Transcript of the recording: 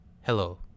Hello